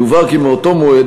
יובהר כי מאותו מועד,